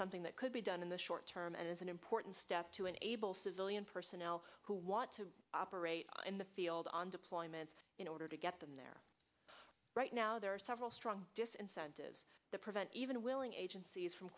something that could be done in the short term and is an important step to enable civilian personnel who want to operate in the field on deployments in order to get them there right now there are several strong disincentive to prevent even willing agencies from